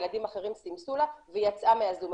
ילדים אחרים סימסו לה והיא יצאה מהזום.